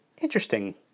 interesting